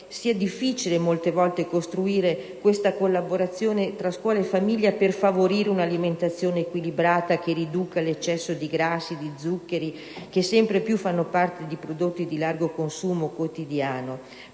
sia difficile molte volte costruire una collaborazione tra scuola e famiglia per favorire un'alimentazione equilibrata, che riduca l'eccesso di grassi e di zuccheri che sempre più fanno parte di prodotti di largo consumo quotidiano.